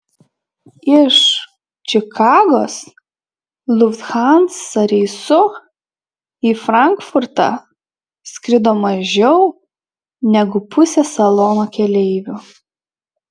iš čikagos lufthansa reisu į frankfurtą skrido mažiau negu pusė salono keleivių